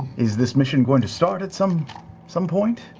is this mission going to start at some some point?